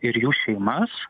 ir jų šeimas